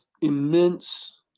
immense